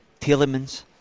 Telemans